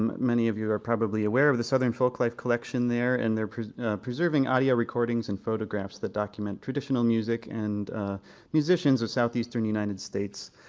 many of you are probably aware of the southern collection there and they're preserving audio recordings and photographs that document traditional music and musicians of southeastern united states.